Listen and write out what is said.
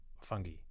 fungi